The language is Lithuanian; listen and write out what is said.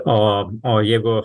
o o jeigu